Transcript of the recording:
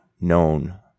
known